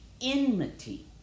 enmity